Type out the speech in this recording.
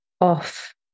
off